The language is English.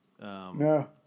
No